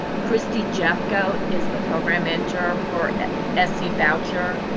christi jeffcoat is the program manager for se voucher,